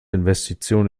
investitionen